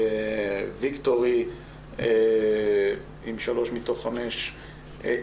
ויקטורי עם שלוש מתוך חמש,